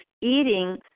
eating